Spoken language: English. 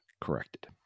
corrected